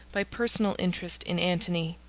by personal interest in antony,